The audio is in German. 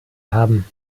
haben